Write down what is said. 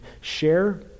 share